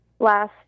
last